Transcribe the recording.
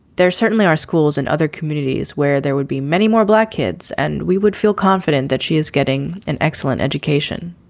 there certainly are schools and other communities where there would be many more black kids and we would feel confident that she is getting an excellent education.